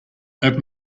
open